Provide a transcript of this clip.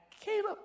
Caleb